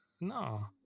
no